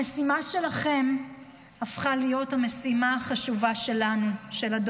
המשימה שלכם הפכה להיות המשימה החשובה ביותר שלנו,